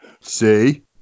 See